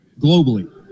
globally